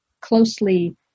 closely